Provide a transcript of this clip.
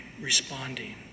responding